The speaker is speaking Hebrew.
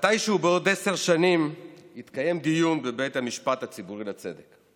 מתישהו בעוד עשר שנים יתקיים דיון בבית המשפט הציבורי לצדק.